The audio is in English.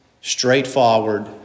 straightforward